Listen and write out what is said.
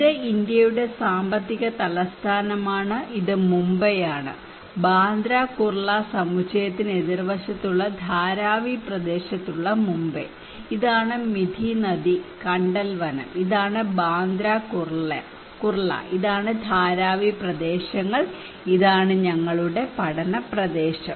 ഇത് ഇന്ത്യയുടെ സാമ്പത്തിക തലസ്ഥാനമാണ് ഇതും മുംബൈയാണ് ബാന്ദ്ര കുർള സമുച്ചയത്തിന് എതിർവശത്തുള്ള ധാരാവി പ്രദേശത്തുള്ള മുംബൈ ഇതാണ് മിഥി നദി കണ്ടൽ വനം ഇതാണ് ബാന്ദ്ര കുർള ഇതാണ് ധാരാവി പ്രദേശങ്ങൾ ഇതാണ് ഞങ്ങളുടെ പഠന പ്രദേശം